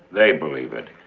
they believe it.